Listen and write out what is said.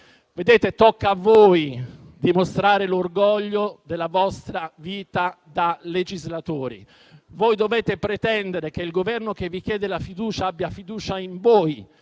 che tocca dimostrare l'orgoglio della vostra vita da legislatori. Voi dovete pretendere che il Governo che vi chiede la fiducia abbia fiducia in voi,